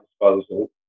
disposal